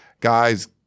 guys